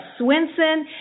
Swinson